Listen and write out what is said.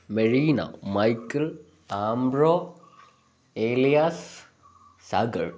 Marina Michael Ambro Elias Sagar